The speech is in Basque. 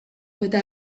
eta